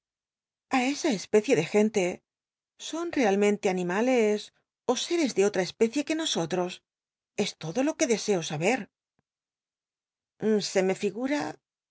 a esa especie de gen te son ealmcnte animales ó seres de otra especie que nosotros es todo lo que clesco saber se me figura